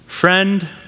Friend